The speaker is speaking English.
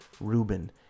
Rubin